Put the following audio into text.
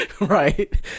Right